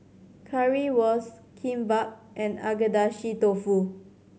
Currywurst Kimbap and Agedashi Dofu